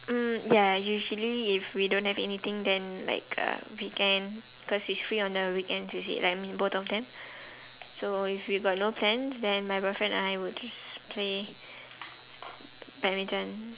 uh ya usually if we don't have anything then like uh weekend cause it's free on the weekend visit like both of them so if we got no plans then my boyfriend and I would just play badminton